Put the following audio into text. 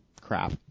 crap